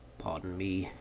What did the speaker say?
pardon me,